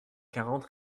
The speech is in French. quarante